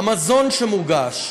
והמזון שמוגש,